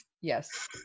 Yes